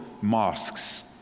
mosques